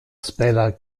spera